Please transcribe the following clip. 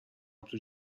توی